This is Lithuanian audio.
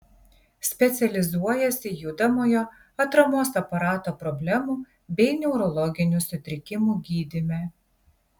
specializuojasi judamojo atramos aparato problemų bei neurologinių sutrikimų gydyme